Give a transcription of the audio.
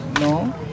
No